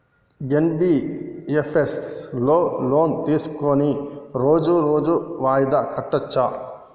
NBFS లో loan తీస్కొని రోజు రోజు వాయిదా కట్టచ్ఛా?